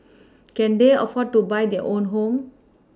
can they afford to buy their own home